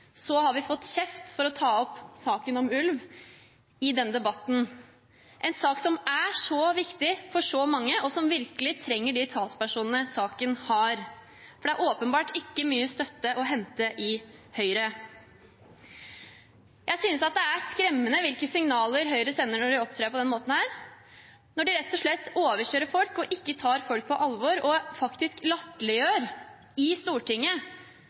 så viktig for så mange, og som virkelig trenger de talspersonene saken har, for det er åpenbart ikke mye støtte å hente i Høyre. Jeg synes det er skremmende hvilke signaler Høyre sender når de opptrer på denne måten, når de rett og slett overkjører folk, når de ikke tar folk på alvor og latterliggjør at vi tar opp denne saken i Stortinget.